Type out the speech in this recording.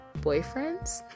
boyfriends